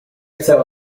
chce